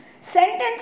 Sentence